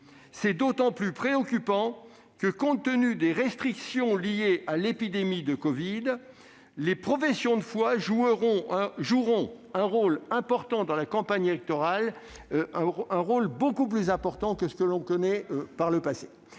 C'est d'autant plus préoccupant que, compte tenu des restrictions liées à l'épidémie de covid, les professions de foi joueront dans la campagne électorale un rôle beaucoup plus important que ce que l'on a connu par le passé.